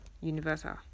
Universal